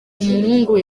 umuhungu